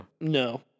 No